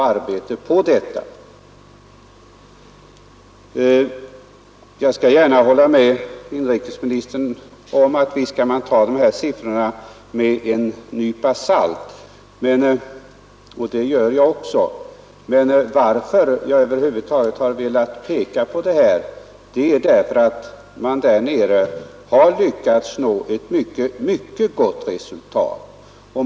Jag kan visserligen hålla med inrikesministern om att man givetvis bör ta dessa siffror med en nypa salt — och det gör jag — men att jag över huvud taget har velat peka på detta beror på att man där nere har lyckats nå ett mycket gott resultat.